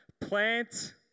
Plant